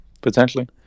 Potentially